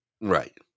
Right